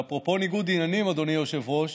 ואפרופו ניגוד עניינים, אדוני היושב-ראש,